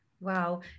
Wow